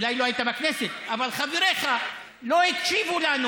אולי לא היית בכנסת אבל חבריך לא הקשיבו לנו